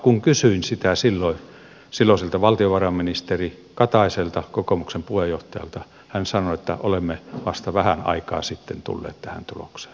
kun kysyin sitä silloin silloiselta valtiovarainministeri kataiselta kokoomuksen puheenjohtajalta hän sanoi että olemme vasta vähän aikaa sitten tulleet tähän tulokseen ja pahoitteli